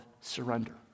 surrender